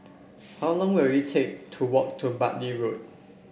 how long will it take to walk to Bartley Road